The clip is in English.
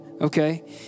okay